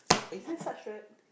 is this such word